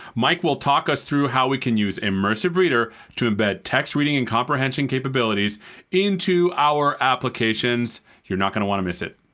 mike will talk us through how we can use immersive reader to embed text reading and comprehension capabilities into our applications. you're not going to want to miss it.